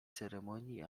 ceremonii